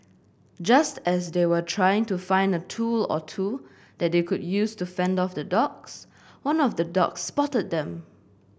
just as they were trying to find a tool or two that they could use to fend off the dogs one of the dogs spotted them